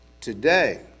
today